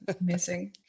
amazing